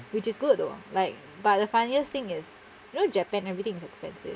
which is good though like but the funniest thing is you know japan everything is expensive